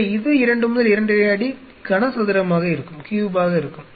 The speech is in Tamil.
எனவே இது 2 முதல் 2 அரை அடி கனசதுரமாக இருக்கும்